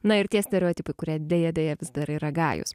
na ir tie stereotipai kurie deja deja vis dar yra gajūs